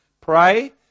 pray